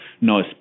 no